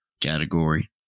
category